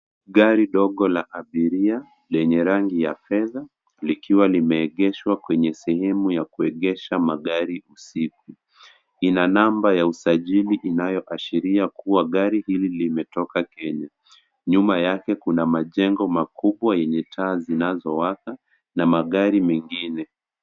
Gari ndogo la abiria lenye rangibya fedha likiwa limeegeshwa kwenye sehemu ya kuegesha magari usiku. Ina namba ya usajili inayoashiria kuwa gari hili limetoka Kenya. Nyuma yake kuna majengo makubwa yenye taa zinazowaka na magari mengine.